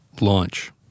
Launch